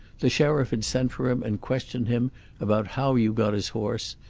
the sheriff had sent for him and questioned him about how you got his horse,